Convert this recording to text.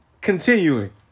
Continuing